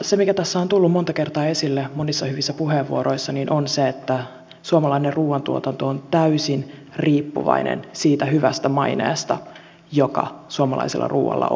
se mikä tässä on tullut monta kertaa esille monissa hyvissä puheenvuoroissa on se että suomalainen ruoantuotanto on täysin riippuvainen siitä hyvästä maineesta joka suomalaisella ruoalla on